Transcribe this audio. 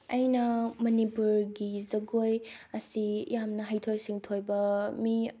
ꯑꯩꯅ ꯃꯅꯤꯄꯨꯔꯒꯤ ꯖꯒꯣꯏ ꯑꯁꯤ ꯌꯥꯝꯅ ꯍꯩꯊꯣꯏ ꯁꯤꯡꯊꯣꯏꯕ ꯃꯤ